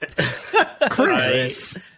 Chris